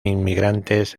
inmigrantes